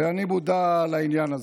ואני מודע לעניין הזה.